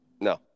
No